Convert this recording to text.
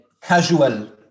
casual